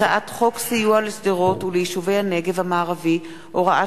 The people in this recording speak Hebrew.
הצעת חוק סיוע לשדרות וליישובי הנגב המערבי (הוראת